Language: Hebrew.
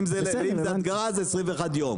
אם זו הדגרה זה 21 ימים,